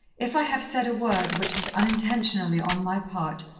if i have said a word which has, unintentionally on my part,